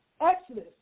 Exodus